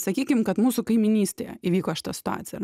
sakykim kad mūsų kaimynystėje įvyko šita situacija